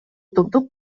топтук